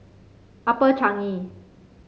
Upper Changi